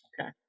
Okay